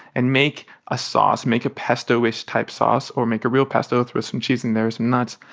and make a sauce. make a pesto-ish type sauce or make a real pesto. throw some cheese in there, some nuts.